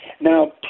Now